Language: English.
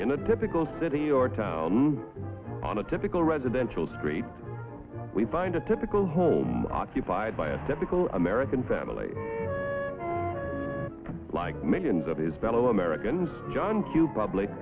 in a typical city or town on a typical residential street we find a typical home occupied by a depakote american family like millions of isabel americans john q public